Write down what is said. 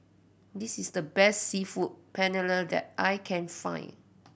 this is the best Seafood Paella that I can find